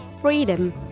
Freedom